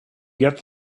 get